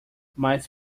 mas